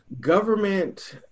government